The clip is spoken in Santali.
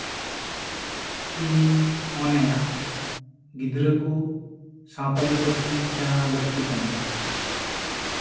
ᱤᱧᱤᱧ ᱢᱚᱱᱮᱭᱟ ᱜᱤᱫᱽᱨᱟᱹ ᱠᱚ ᱥᱟᱱᱛᱟᱲᱤ ᱯᱟᱹᱨᱥᱤ ᱥᱮᱬᱟ ᱞᱟᱹᱠᱛᱤ ᱠᱟᱱᱟ